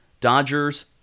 Dodgers